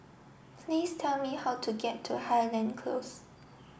please tell me how to get to Highland Close